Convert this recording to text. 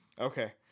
Okay